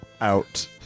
out